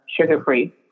sugar-free